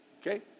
Okay